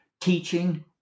teaching